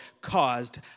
caused